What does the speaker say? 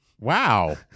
Wow